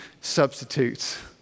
substitutes